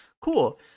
cool